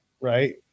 right